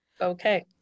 okay